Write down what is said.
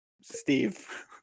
Steve